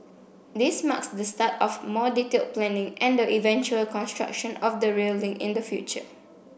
this marks the start of more detailed planning and the eventual construction of the rail link in the future